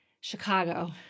Chicago